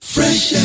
Fresh